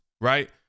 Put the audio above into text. Right